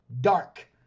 Dark